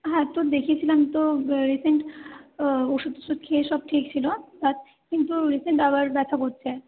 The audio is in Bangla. হ্যাঁ একটু দেখিয়েছিলাম তো রিসেন্ট ওষুধ খেয়ে সব ঠিক ছিল কিন্তু রিসেন্ট আবার ব্যথা করছে